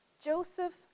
Joseph